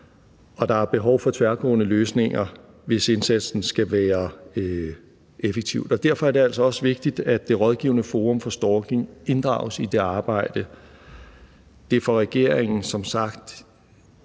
og der er behov for tværgående løsninger, hvis indsatsen skal være effektiv, og derfor er det altså også vigtigt, at det rådgivende forum for stalking inddrages i det arbejde. Der er for regeringen som sagt